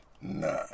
Nah